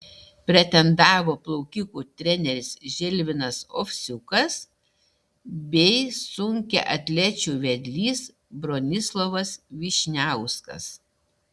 pretendavo plaukikų treneris žilvinas ovsiukas bei sunkiaatlečių vedlys bronislovas vyšniauskas